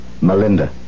Melinda